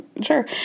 sure